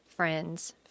friends